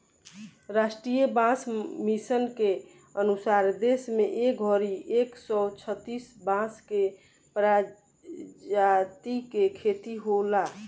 राष्ट्रीय बांस मिशन के अनुसार देश में ए घड़ी एक सौ छतिस बांस के प्रजाति के खेती होला